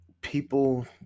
people